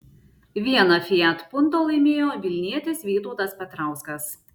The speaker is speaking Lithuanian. vieną fiat punto laimėjo vilnietis vytautas petrauskas